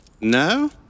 No